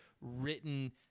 written